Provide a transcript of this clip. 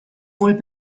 wohl